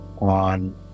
on